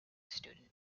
student